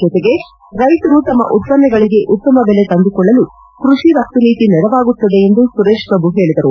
ಜತೆಗೆ ರೈತರು ತಮ್ಮ ಉತ್ವನ್ನಗಳಿಗೆ ಉತ್ತಮ ಬೆಲೆ ತಂದುಕೊಳ್ಳಲು ಕೃಷಿ ರಫ್ನು ನೀತಿ ನೆರವಾಗುತ್ತದೆ ಎಂದು ಸುರೇಶ್ ಪ್ರಭು ಹೇಳಿದರು